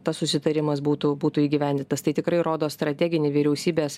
tas susitarimas būtų būtų įgyvendintas tai tikrai rodo strateginį vyriausybės